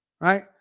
right